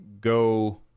Go